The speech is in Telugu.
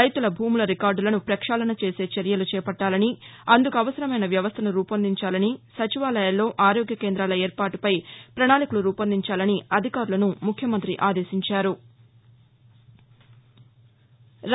రైతుల భూముల రికార్డులను పక్షాళల చేసే చర్యలు చేపట్టాలని అందుకు అవసరమైన వ్యవస్థను రూపొందించాలని సచివాలయాల్లో ఆరోగ్య కేందాల ఏర్పాటుపై ప్రణాళికలు రూపొందిచాలని అధికారలను ముఖ్యమంతి ఆదేశించారు